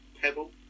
pebble